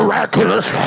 miraculous